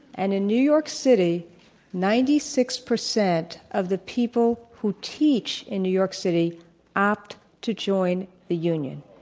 and in new york city ninety six percent of the people who teach in new york city opt to join the union.